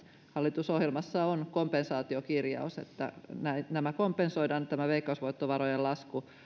hallitusohjelmassa on kompensaatiokirjaus että kompensoidaan tämä veikkausvoittovarojen lasku